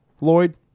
lloyd